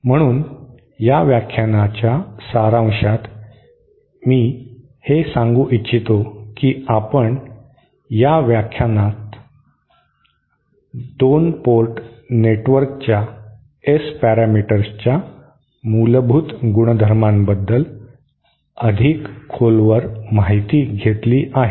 म्हणून या व्याख्यानाच्या सारांशात मी हे सांगू इच्छितो की आपल्या या व्याख्यानात आपण 2 पोर्ट नेटवर्कच्या S पॅरामीटर्सच्या मूलभूत गुणधर्मांबद्दल अधिक खोलवर माहिती घेतली आहे